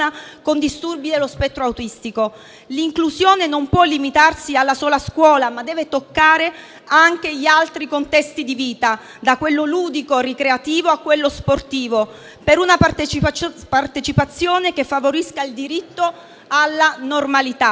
con disturbi dello spettro autistico. L'inclusione non può limitarsi alla sola scuola, ma deve toccare anche gli altri contesti di vita, da quello ludico-ricreativo a quello sportivo, per una partecipazione che favorisca il diritto alla normalità.